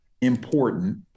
Important